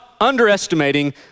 underestimating